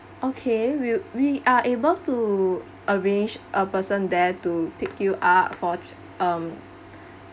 okay we'll we are able to arrange a person there to pick you up for um